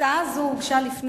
ההצעה הזאת הוגשה,